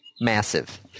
massive